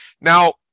Now